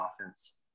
offense